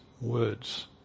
words